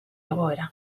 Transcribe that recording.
egoera